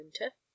winter